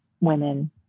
women